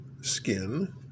skin